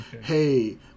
hey